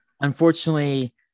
unfortunately